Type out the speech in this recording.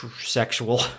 sexual